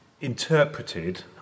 interpreted